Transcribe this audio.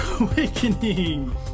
Awakening